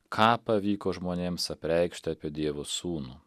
ką pavyko žmonėms apreikšti apie dievo sūnų